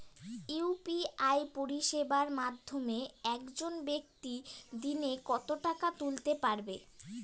UPI পরিষেবার মাধ্যমে একজন ব্যাক্তি দিনে কত টাকা তুলতে পারবে?